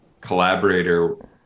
collaborator